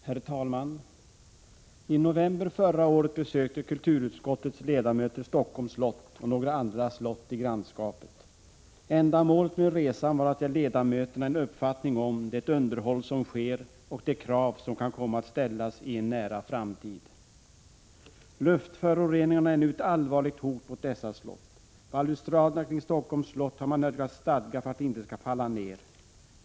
Herr talman! I november förra året besökte kulturutskottets ledamöter Stockholms slott och några andra slott i grannskapet. Ändamålet med resan var att ge ledamöterna en uppfattning om det underhåll som sker och de krav som kan komma att ställas i en nära framtid. Luftföroreningarna är nu ett allvarligt hot mot dessa slott. Balustraderna kring Stockholms slott har man nödgats stadga för att de inte skall falla ner.